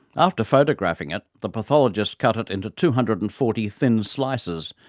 after photographing it, the pathologist cut it into two hundred and forty thin slices,